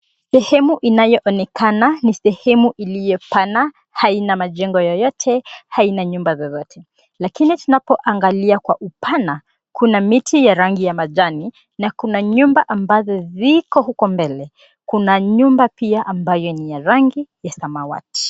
Sehemu inayoonekana ni sehemu iliyopana, haina majengo yeyote, Haina nyumba zozote. Kile tunachoangalia kwa upana, kuna miti ya rangi ya majani na kuna nyumba ambazo ziko huko mbele. Kuna nyumba pia ambayo ni ya rangi ya samawati.